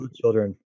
children